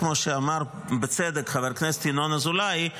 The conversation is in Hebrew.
כמו שאמר בצדק חבר הכנסת ינון אזולאי,